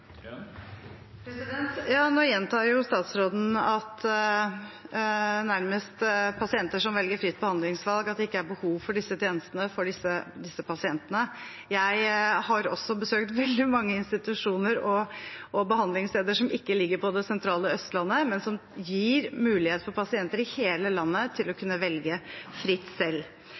Nå gjentar statsråden at når det gjelder pasienter som velger fritt behandlingsvalg, er det nærmest ikke behov for disse tjenestene for disse pasientene. Jeg har også besøkt veldig mange institusjoner og behandlingssteder som ikke ligger i det sentrale østlandsområdet, men som gir mulighet for pasienter i hele landet til å kunne velge fritt selv.